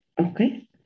Okay